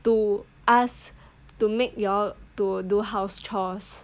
to ask to make you all to do house chores